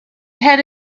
had